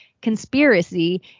conspiracy